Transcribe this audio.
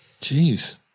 Jeez